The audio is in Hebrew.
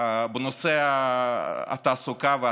ובנושא התעסוקה והשכר.